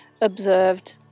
observed